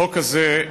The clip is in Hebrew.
החוק הזה,